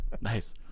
nice